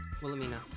Wilhelmina